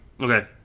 Okay